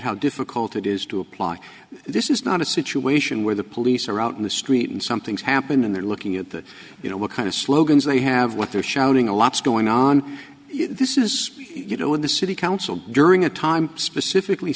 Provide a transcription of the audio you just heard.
how difficult it is to apply this is not a situation where the police are out in the street and something's happened and they're looking at the you know what kind of slogans they have what they're shouting a lot's going on this is you know in the city council during a time specifically